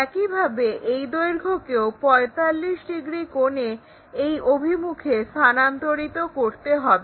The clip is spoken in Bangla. একইভাবে এই দৈর্ঘ্যকেও 45 ডিগ্রি কোণে এই অভিমুখে স্থানান্তরিত করতে হবে